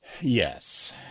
yes